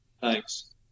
Thanks